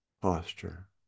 posture